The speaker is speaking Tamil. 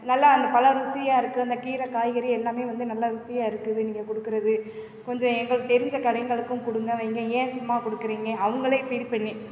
நல்லா அந்தப் பழம் ருசியாக இருக்குது அந்தக் கீரை காய்கறி எல்லாமே வந்து நல்ல ருசியாக இருக்குது நீங்கள் கொடுக்குறது கொஞ்சம் எங்களுக்கு தெரிஞ்ச கடைங்களுக்கும் கொடுங்க வைங்க ஏன் சும்மா கொடுக்குறீங்க அவங்களே ஃபீல் பண்ணி